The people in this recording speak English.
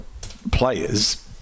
players